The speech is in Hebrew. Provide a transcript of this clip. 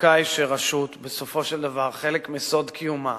ההצדקה היא שרשות, בסופו של דבר, חלק מסוד קיומה